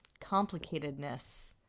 complicatedness